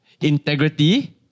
integrity